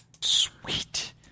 Sweet